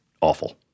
awful